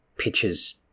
pictures